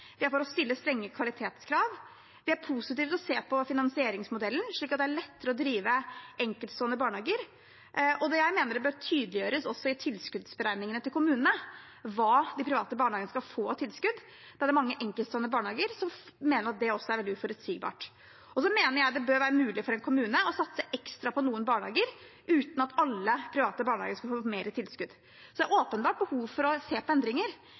Vi er for å stille strenge kvalitetskrav. Vi er positive til å se på finansieringsmodellen, slik at det blir lettere å drive enkeltstående barnehager. Jeg mener også at det bør tydeliggjøres i tilskuddsberegningene til kommunene hva de private barnehagene skal få av tilskudd, da det er mange enkeltstående barnehager som mener at det også er veldig uforutsigbart. Jeg mener også at det bør være mulig for en kommune å satse ekstra på noen barnehager uten at alle private barnehager skal få mer i tilskudd. Så det er åpenbart behov for å se på endringer,